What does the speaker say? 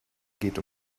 geht